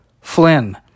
Flynn